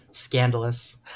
Scandalous